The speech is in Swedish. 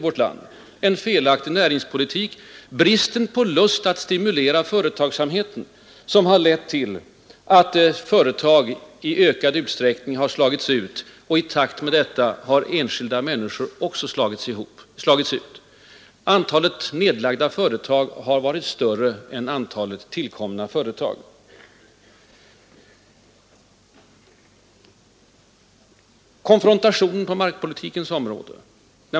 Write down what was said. Det är en felaktig näringspolitik, det är bristen på lust att stimulera företagsamheten som har lett till att företag i ökad utsträckning slagits ut. Och i takt därmed har enskilda människor också slagits ut. Antalet nedlagda företag har varit större än antalet nytillkomna företag. Konfrontationen på markpolitikens område.